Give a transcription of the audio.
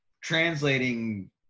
translating